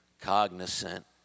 cognizant